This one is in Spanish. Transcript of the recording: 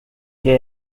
qué